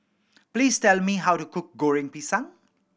please tell me how to cook Goreng Pisang